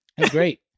Great